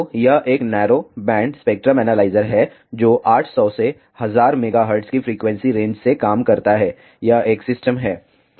तो यह एक नैरो बैंड स्पेक्ट्रम एनालाइजर है जो 800 से 1000 MHz की फ्रीक्वेंसी रेंज से काम करता है यह एक सिस्टम है